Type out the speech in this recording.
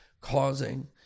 causing